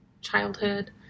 childhood